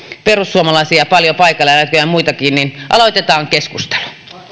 perussuomalaisia paljon paikalla ja näköjään muitakin eli aloitetaan keskustelu